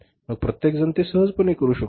मग प्रत्येकजण ते सहजपणे करू शकतो